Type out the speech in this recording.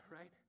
right